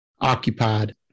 occupied